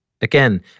Again